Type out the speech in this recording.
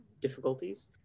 difficulties